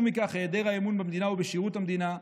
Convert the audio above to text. ולא פחות חשוב מכך היעדר האמון במדינה ובשירות המדינה,